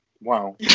Wow